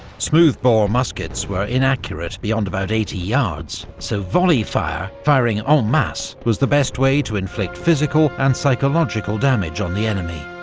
smoothbore muskets were inaccurate beyond about eighty yards, so volley fire, firing en um masse, was the best way to inflict physical and psychological damage on the enemy.